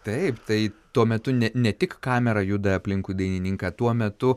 taip tai tuo metu ne tik kamera juda aplinkui dainininką tuo metu